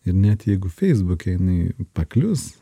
ir net jeigu feisbuke jinai paklius